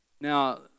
Now